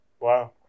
Wow